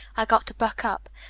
i got to buck up.